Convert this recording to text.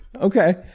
Okay